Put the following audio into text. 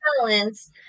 balance